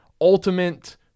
ultimate